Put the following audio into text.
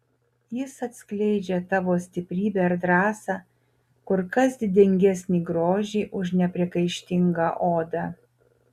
jis atskleidžia tavo stiprybę ir drąsą kur kas didingesnį grožį už nepriekaištingą odą